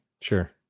Sure